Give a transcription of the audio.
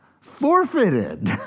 forfeited